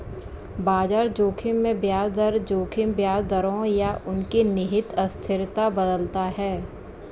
बाजार जोखिम में ब्याज दर जोखिम ब्याज दरों या उनके निहित अस्थिरता बदलता है